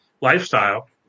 lifestyle